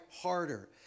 harder